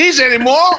anymore